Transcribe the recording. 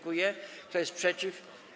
Kto jest przeciw?